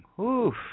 Oof